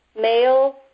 male